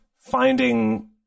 finding